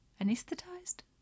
Anesthetized